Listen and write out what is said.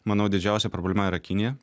manau didžiausia problema yra kinija